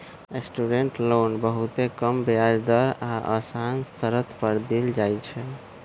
student loan बहुते कम ब्याज दर आऽ असान शरत पर देल जाइ छइ